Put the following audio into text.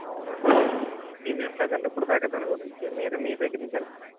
అవునండి నేను వినలేదండి ఇప్పటిదాకా దాని గురించి మీరు మీదగ్గర నుంచే వింటున్నానండి